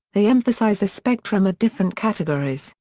they emphasize a spectrum of different categories,